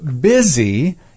busy